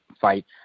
fight